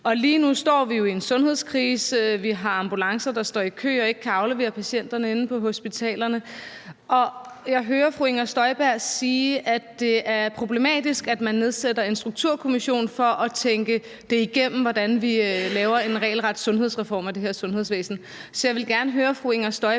Lige nu står vi jo i en sundhedskrise, vi har ambulancer, der holder i kø og ikke kan aflevere patienterne inde på hospitalerne, og jeg hører fru Inger Støjberg sige, at det er problematisk, at man nedsætter en strukturkommission for at tænke igennem, hvordan vi laver en regelret sundhedsreform af det her sundhedsvæsen. Så jeg vil gerne høre fru Inger Støjberg: